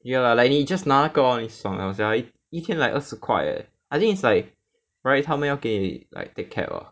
ya lah like 你 just 拿那个 hor 你爽了 sia 一天 like 二十块 leh I think it's like right 他们要给 like take cab lor